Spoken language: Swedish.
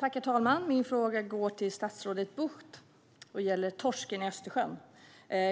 Herr talman! Min fråga går till statsrådet Bucht och gäller torsken i Östersjön.